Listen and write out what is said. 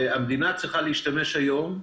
ולכן המדינה צריכה להשתמש היום,